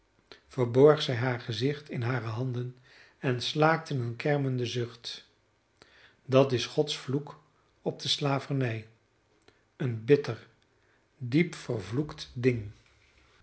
verborg zij haar gezicht in hare handen en slaakte een kermenden zucht dat is gods vloek op de slavernij een bitter diep vervloekt ding